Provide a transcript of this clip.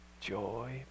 Joy